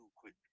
quick